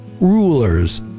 Rulers